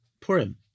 Purim